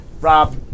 Rob